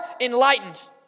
enlightened